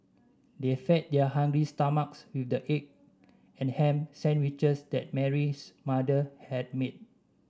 they fed their hungry stomachs with the egg and ham sandwiches that Mary's mother had made